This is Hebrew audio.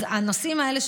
אז הנושאים האלה,